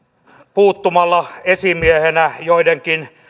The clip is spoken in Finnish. puuttumalla esimiehenä joidenkin